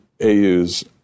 AU's